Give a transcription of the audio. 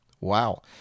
Wow